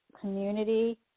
community